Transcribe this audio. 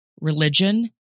religion